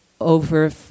over